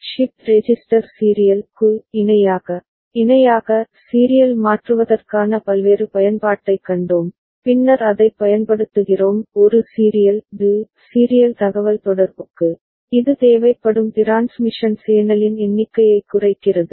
shift register serial க்கு இணையாக இணையாக சீரியல் மாற்றுவதற்கான பல்வேறு பயன்பாட்டைக் கண்டோம் பின்னர் அதைப் பயன்படுத்துகிறோம் ஒரு சீரியல் டு சீரியல் தகவல்தொடர்புக்கு இது தேவைப்படும் டிரான்ஸ்மிஷன் சேனலின் எண்ணிக்கையைக் குறைக்கிறது